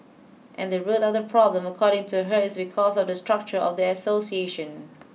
and the root of the problem according to her is because of the structure of the association